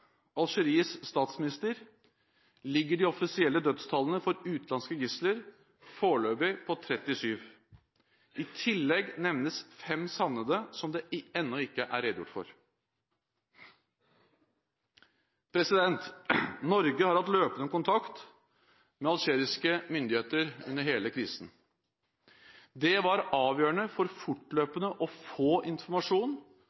statsminister ligger de offisielle dødstallene for utenlandske gisler foreløpig på 37. I tillegg nevnes 5 savnede som det ennå ikke er redegjort for. Norge har hatt løpende kontakt med algeriske myndigheter under hele krisen. Det var avgjørende for